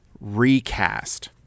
recast